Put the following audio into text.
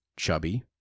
chubby